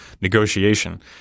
negotiation